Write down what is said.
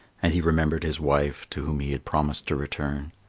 and he remembered his wife to whom he had promised to return.